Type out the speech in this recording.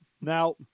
Now